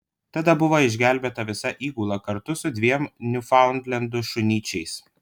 tada buvo išgelbėta visa įgula kartu su dviem niufaundlendų šunyčiais